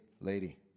lady